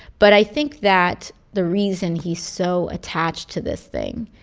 but i think that the reason he's so attached to this thing,